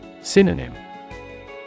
Synonym